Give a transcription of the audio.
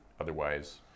Otherwise